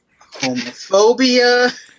Homophobia